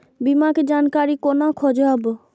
बीमा के जानकारी कोना खोजब?